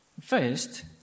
First